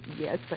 Yes